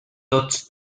tots